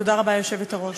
תודה רבה, היושבת-ראש,